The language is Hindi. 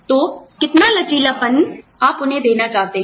तो कितना लचीलापन आप उन्हें देना चाहते हैं